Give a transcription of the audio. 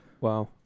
Wow